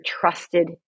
trusted